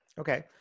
Okay